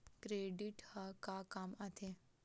Credit ह का काम आथे?